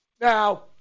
Now